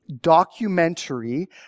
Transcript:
documentary